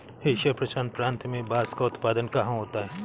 Asia प्रशांत प्रांत में बांस का उत्पादन कहाँ होता है?